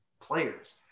players